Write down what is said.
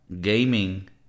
gaming